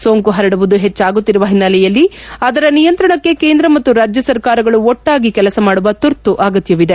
ಸೋಂಕು ಪರಡುವುದು ಹೆಚ್ಚಾಗುತ್ತಿರುವ ಹಿನ್ನೆಲೆಯಲ್ಲಿ ಅದರ ನಿಯಂತ್ರಣಕ್ಕೆ ಕೇಂದ್ರ ಮತ್ತು ರಾಜ್ಯ ಸರ್ಕಾರಗಳು ಒಟ್ಟಾಗಿ ಕೆಲಸ ಮಾಡುವ ಶುರ್ತು ಅಗತ್ಯವಿದೆ